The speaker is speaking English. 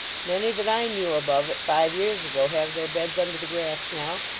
many that i knew above it five years ago, have their beds under the grass now.